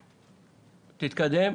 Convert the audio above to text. תתקדם.